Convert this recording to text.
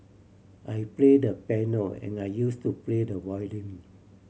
I play the piano and I use to play the violin